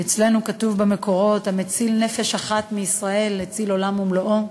כתוב אצלנו במקורות: המציל נפש אחת מישראל הציל עולם ומלואו,